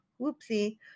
Whoopsie